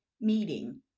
Meeting